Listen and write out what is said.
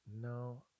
no